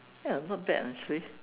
ya not bad ah actually